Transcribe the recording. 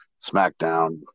Smackdown